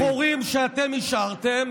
סגרנו את החורים שאתם השארתם,